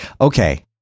Okay